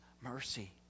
mercy